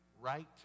right